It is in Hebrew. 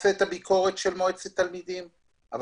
רוצה את הביקורת של מועצת תלמידים אבל